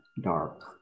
dark